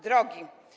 Drogi.